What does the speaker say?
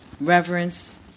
Reverence